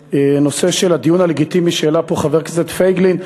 לנושא של הדיון הלגיטימי שהעלה פה חבר הכנסת פייגלין.